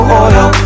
oil